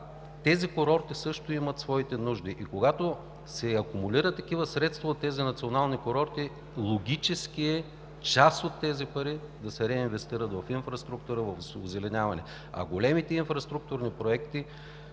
тези курорти също имат своите нужди. Когато се акумулират такива средства от националните курорти, логично е част от тези пари да се реинвестират в инфраструктура, в озеленяване, а големите инфраструктурни проекти,